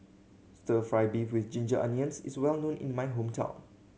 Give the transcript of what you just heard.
Stir Fry beef with ginger onions is well known in my hometown